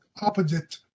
opposite